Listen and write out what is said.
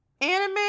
anime